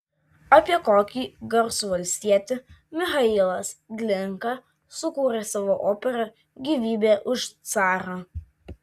apie kokį garsų valstietį michailas glinka sukūrė savo operą gyvybė už carą